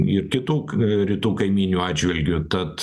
ir kitų rytų kaimynių atžvilgiu tad